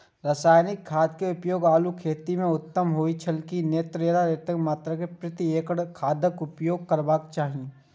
रासायनिक खाद के प्रयोग आलू खेती में उत्तम होय छल की नेय आ कतेक मात्रा प्रति एकड़ खादक उपयोग करबाक चाहि?